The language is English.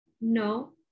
no